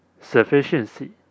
sufficiency